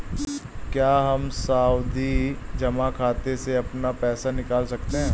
क्या हम सावधि जमा खाते से अपना पैसा निकाल सकते हैं?